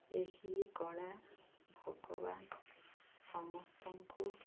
ଏହି କଳା ଭଗବାନ ସମସ୍ତଙ୍କୁ